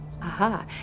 aha